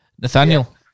Nathaniel